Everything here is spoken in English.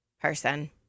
person